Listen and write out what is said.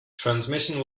transmission